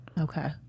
Okay